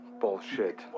Bullshit